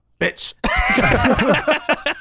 bitch